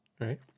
right